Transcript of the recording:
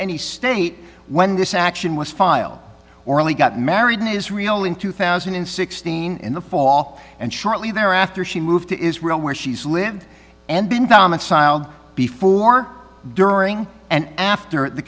any state when this action was file orally got married in israel in two thousand and sixteen in the fall and shortly thereafter she moved to israel where she's lived and been down with cyle before during and after the